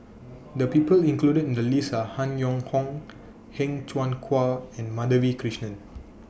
The People included in The list Are Han Yong Hong Heng Cheng Hwa and Madhavi Krishnan